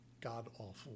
god-awful